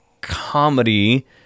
comedy